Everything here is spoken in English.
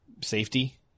safety